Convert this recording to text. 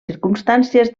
circumstàncies